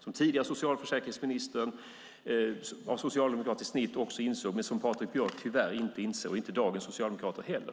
Den tidigare socialförsäkringsministern av socialdemokratiskt snitt insåg det också. Men Patrik Björck inser tyvärr inte detta, och inte heller dagens socialdemokrater.